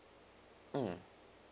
mm